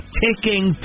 ticking